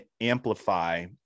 amplify